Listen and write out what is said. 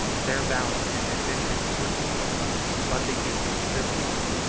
their valor and ambition were equal but the youth, the beauty,